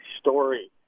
story